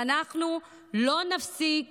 ואנחנו לא נפסיק